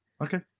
Okay